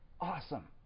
Awesome